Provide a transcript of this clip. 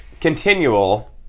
continual